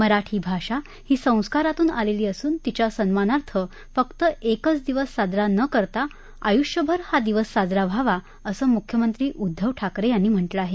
मराठी भाषा ही संस्करातून आलेली असून तिच्या सन्मानार्थ फक्त एकच दिवस साजरा न करता आयुष्यभर हा दिवस साजरा व्हावा असं मुख्यमंत्री उद्दव ठाकरे यांनी म्हटलं आहे